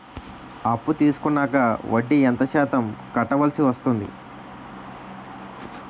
అప్పు తీసుకున్నాక వడ్డీ ఎంత శాతం కట్టవల్సి వస్తుంది?